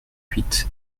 huit